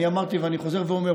אני אמרתי ואני חוזר ואומר,